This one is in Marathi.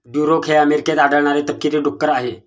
ड्युरोक हे अमेरिकेत आढळणारे तपकिरी डुक्कर आहे